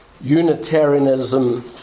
Unitarianism